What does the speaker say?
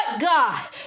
God